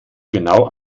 genau